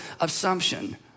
assumption